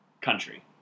country